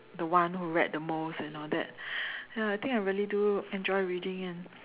the one who read the most and all that ya I think I really do enjoy reading and